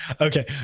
Okay